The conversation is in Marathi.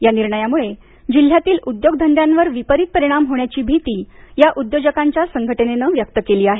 या निर्णयाम्ळे जिल्ह्यातील उद्योग धंद्यांवर विपरीत परिणाम होण्याची भीती या उद्योजकांच्या संघटनेनं व्यक्त केली आहे